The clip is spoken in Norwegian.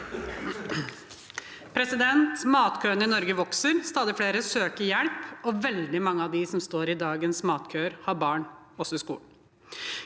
Matkøene i Norge vokser. Stadig flere søker hjelp, og veldig mange av dem som står i dagens matkøer, har barn i skolen.